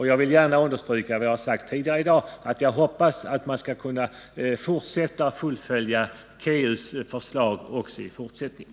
Jag vill gärna understryka vad jag sagt tidigare i dag, nämligen att jag hoppas att man skall kunna fullfölja kommunalekonomiska utredningens förslag också i fortsättningen.